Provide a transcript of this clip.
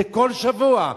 זה כל שבוע.